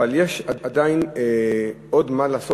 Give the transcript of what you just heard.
אבל יש עדיין עוד מה לעשות,